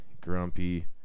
grumpy